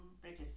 British